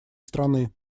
страны